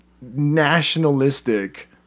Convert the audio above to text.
nationalistic